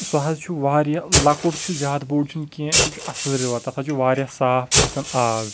سُہ حظ چھُ واریاہ لۄکُٹ چھُ زیادٕ بوٚڑ چھُنہٕ کینٛہہ سُہ چھُ اصل رِور تتھ حظ چھُ واریاہ صاف آسان آب